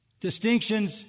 Distinctions